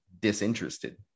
disinterested